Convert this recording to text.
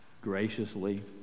graciously